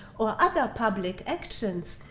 or other public actions,